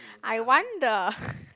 I wonder